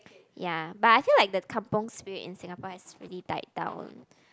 ya but I feel like the kampung Spirit in Singapore has really died down